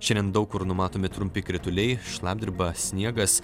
šiandien daug kur numatomi trumpi krituliai šlapdriba sniegas